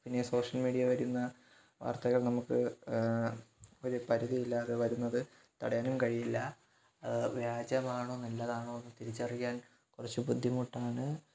പിന്നെ social media വരുന്ന വാര്ത്തകള് നമുക്ക് ഒരു പരിധിയില്ലാതെ വരുന്നത് തടയാനും കഴിയില്ല വ്യാജമാണോ നല്ലതാണോ തിരിച്ചറിയാന് കുറച്ച് ബുദ്ധിമുട്ടാണ്